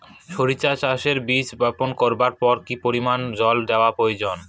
সরিষা চাষে বীজ বপন করবার পর কি পরিমাণ জল দেওয়া প্রয়োজন?